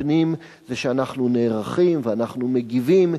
הפנים זה ש"אנחנו נערכים" ו"אנחנו מגיבים",